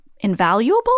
invaluable